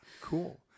Cool